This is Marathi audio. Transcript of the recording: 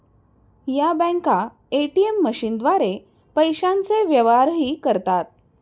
या बँका ए.टी.एम मशीनद्वारे पैशांचे व्यवहारही करतात